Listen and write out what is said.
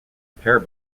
pair